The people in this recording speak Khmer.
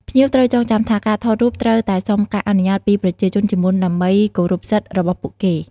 ភ្ញៀវត្រូវចងចាំថា ការថតរូបត្រូវតែសុំការអនុញ្ញាតពីប្រជាជនជាមុនដើម្បី គោរពសិទ្ធិ របស់ពួកគេ។